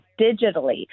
digitally